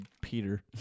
Peter